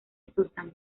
susan